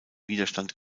widerstand